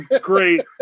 great